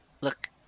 Look